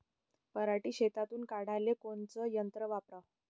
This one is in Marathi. पराटी शेतातुन काढाले कोनचं यंत्र वापराव?